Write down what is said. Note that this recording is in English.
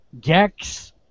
Gex